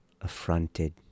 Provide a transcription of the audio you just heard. affronted